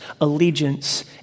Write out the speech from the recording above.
allegiance